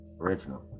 Original